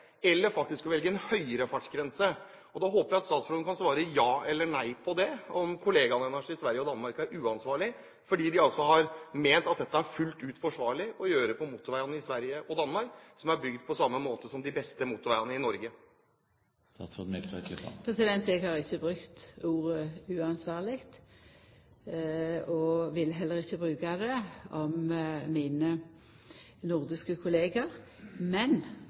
eller faktisk velger en høyere fartsgrense? Jeg håper at statsråden kan svare ja eller nei på om kollegaene hennes i Sverige eller i Danmark er uansvarlige fordi de altså har ment at dette er det fullt ut forsvarlig å gjøre på motorveiene der, som er bygd på samme måte som de beste motorveiene i Norge. Eg har ikkje brukt ordet «uansvarlig» og vil heller ikkje bruka det om mine nordiske kollegaer. Men